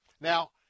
Now